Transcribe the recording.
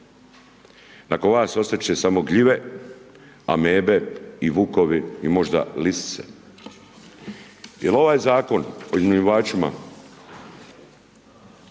Nakon vas ostat će samo gljive, amebe i vukovi i možda lisice jer ovaj Zakon o iznajmljivačima,